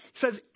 says